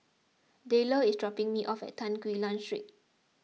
Dayle is dropping me off at Tan Quee Lan Street